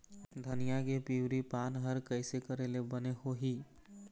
धनिया के पिवरी पान हर कइसे करेले बने होही?